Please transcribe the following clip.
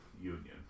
Union